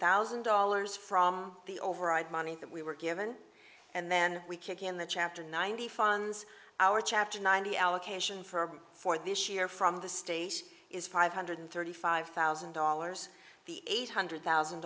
thousand dollars from the override money that we were given and then we kick in the chapter ninety funds our chapter ninety allocation for for this year from the state is five hundred thirty five thousand dollars the eight hundred thousand